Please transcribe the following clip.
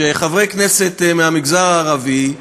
שחברי כנסת מהמגזר הערבי,